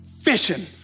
Fishing